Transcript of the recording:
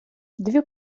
дві